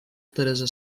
teresa